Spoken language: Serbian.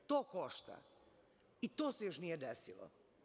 To košta i to se još nije desilo.